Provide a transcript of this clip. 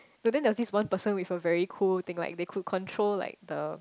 today I see one person with a very cool thing lah they could control like the